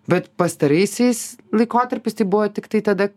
bet pastaraisiais laikotarpiais tai buvo tiktai tada